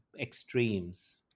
extremes